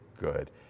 good